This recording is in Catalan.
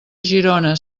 girona